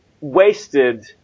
wasted